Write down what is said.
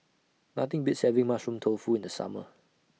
Nothing Beats having Mushroom Tofu in The Summer